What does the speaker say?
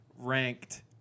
ranked